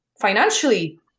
financially